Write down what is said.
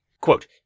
Quote